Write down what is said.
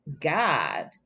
God